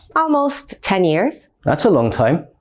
almost ten years. that's a long time!